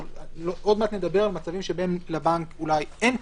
עוד מעט נדבר על מצבים שבהם לבנק אין את